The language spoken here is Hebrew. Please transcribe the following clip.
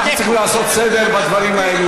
אנחנו צריכים לעשות סדר בדברים האלה.